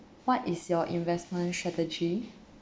what is your investment strategy